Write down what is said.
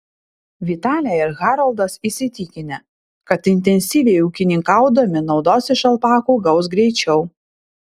vitalija ir haroldas įsitikinę kad intensyviai ūkininkaudami naudos iš alpakų gaus greičiau